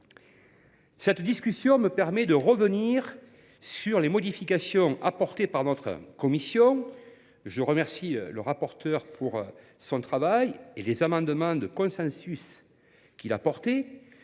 La discussion me permet de revenir sur les modifications apportées par notre commission. Je remercie M. le rapporteur de son travail et des amendements de consensus qu’il a portés.